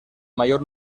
mayor